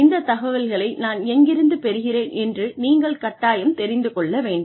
இந்த தகவல்களை நான் எங்கிருந்து பெறுகிறேன் என்று நீங்கள் கட்டாயம் தெரிந்து கொள்ள வேண்டும்